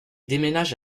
déménage